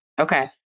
Okay